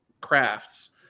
crafts